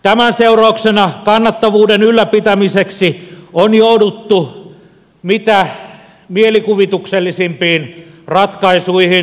tämän seurauksena kannattavuuden ylläpitämiseksi on jouduttu mitä mielikuvituksellisimpiin ratkaisuihin